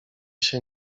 się